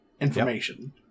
information